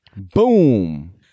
boom